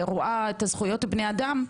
רואה את הזכויות של בני אדם,